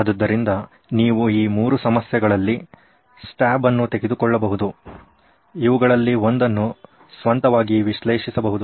ಆದ್ದರಿಂದ ನೀವು ಈ ಮೂರು ಸಮಸ್ಯೆಗಳಲ್ಲಿ ಸ್ಟ್ಯಾಬ್ ಅನ್ನು ತೆಗೆದುಕೊಳ್ಳಬಹುದು ಇವುಗಳಲ್ಲಿ ಒಂದನ್ನು ಸ್ವಂತವಾಗಿ ವಿಶ್ಲೇಷಿಸಬಹುದು